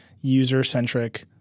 user-centric